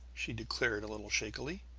she declared a little shakily.